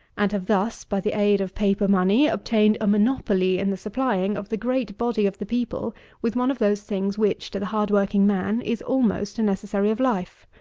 and have thus, by the aid of paper-money, obtained a monopoly in the supplying of the great body of the people with one of those things which, to the hard-working man, is almost a necessary of life.